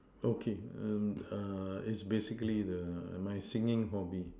okay um err is basically the my singing hobby